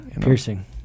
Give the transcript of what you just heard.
piercing